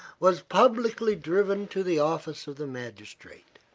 was publicly driven to the office of the magistrate.